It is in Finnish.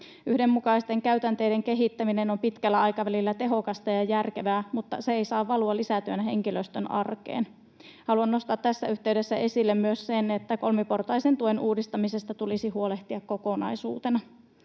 Yhdenmukaisten käytänteiden kehittäminen on pitkällä aikavälillä tehokasta ja järkevää, mutta se ei saa valua lisätyönä henkilöstön arkeen. Haluan nostaa tässä yhteydessä esille myös sen, että kolmiportaisen tuen uudistamisesta tulisi huolehtia kokonaisuutena.